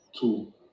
two